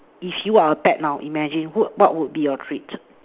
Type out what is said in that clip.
if you're a pet now imagine what would be your treat